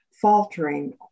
faltering